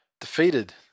defeated